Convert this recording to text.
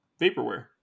Vaporware